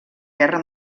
guerra